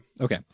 Okay